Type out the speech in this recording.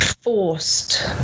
forced